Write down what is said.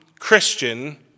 Christian